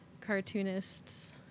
cartoonists